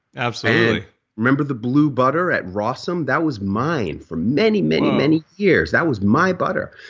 absolutely remember the blue butter at rawesome, that was mine for many many many years that was my butter.